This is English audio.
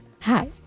Hi